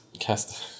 Cast